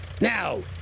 Now